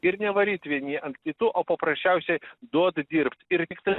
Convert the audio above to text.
ir ne varyt vieni ant kitų o paprasčiausiai duot dirbt ir tik tada